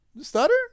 stutter